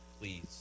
please